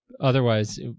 Otherwise